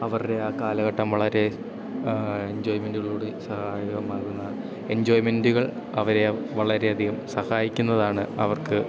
അവരുടെ ആ കാലഘട്ടം വളരെ എൻജോയ്മെൻ്റുകളിൽ കൂടി സഹായകമാകുന്ന എൻജോയ്മെൻ്റുകൾ അവരെ വളരെയധികം സഹായിക്കുന്നതാണ് അവർക്ക്